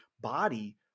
body